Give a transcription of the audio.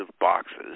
boxes